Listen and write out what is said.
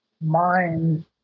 mind